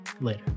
later